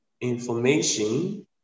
information